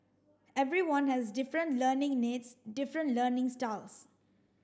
everyone has different learning needs different learning styles